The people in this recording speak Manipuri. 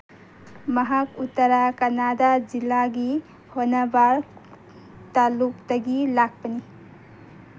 ꯃꯍꯥꯛ ꯎꯇꯔꯥ ꯀꯅꯗꯥ ꯖꯤꯂꯥꯒꯤ ꯍꯣꯟꯅꯚꯥꯔ ꯇꯥꯂꯨꯛꯇꯒꯤ ꯂꯥꯛꯄꯅꯤ